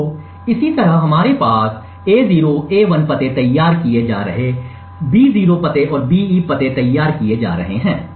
तो इसी तरह हमारे पास A0 A1 पते तैयार किए जा रहे B0 पते और BE पते तैयार किए जा रहे हैं